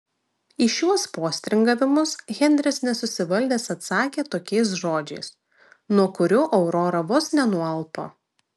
į šiuos postringavimus henris nesusivaldęs atsakė tokiais žodžiais nuo kurių aurora vos nenualpo